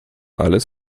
alles